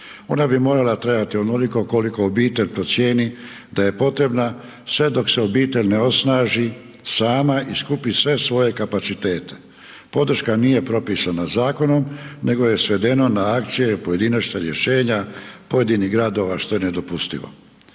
Ona bi morala trajati onoliko koliko obitelj procijeni da je potrebna sve dok se obitelj ne osnaži sama i skupi sve svoje kapacitete. Podrška nije propisana zakonom, nego je svedeno na akcije i pojedinačna rješenja pojedinih gradova, što je nedopustivo.